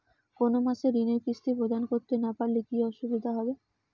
কোনো মাসে ঋণের কিস্তি প্রদান করতে না পারলে কি অসুবিধা হবে?